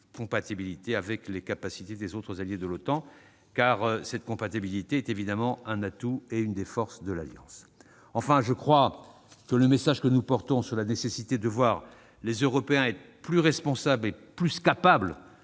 de la Russie avec les capacités des autres alliés de l'OTAN. Cette compatibilité est bien évidemment un atout et l'une des forces de l'Alliance. Enfin, je crois que notre message sur la nécessité, pour les Européens, d'être plus responsables et plus capables